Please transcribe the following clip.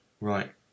Right